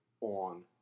on